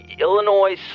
Illinois